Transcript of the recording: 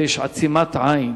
ויש עצימת עין.